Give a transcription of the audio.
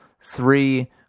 three